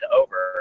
over